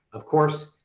of course,